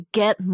get